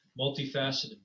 multifaceted